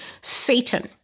Satan